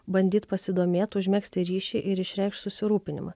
bandyt pasidomėt užmegzti ryšį ir išreikšt susirūpinimą